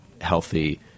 healthy